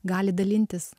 gali dalintis